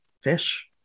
fish